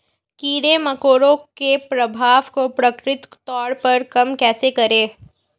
कीड़े मकोड़ों के प्रभाव को प्राकृतिक तौर पर कम कैसे करें?